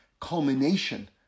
culmination